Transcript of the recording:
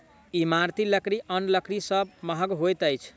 इमारती लकड़ी आन लकड़ी सभ सॅ महग होइत अछि